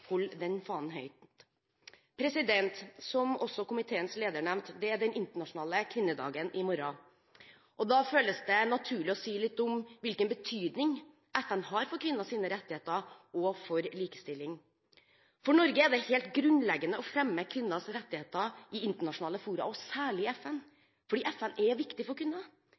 den fanen høyt. Som også komiteens leder nevnte, er det den internasjonale kvinnedagen i morgen. Da føles det naturlig å si litt om hvilken betydning FN har for kvinnenes rettigheter og for likestilling. For Norge er det helt grunnleggende å fremme kvinners rettigheter i internasjonale fora, og særlig i FN, fordi FN er viktig for kvinner.